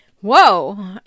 Whoa